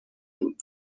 بود